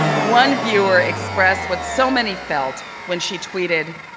one viewer expressed what so many felt when she tweeted,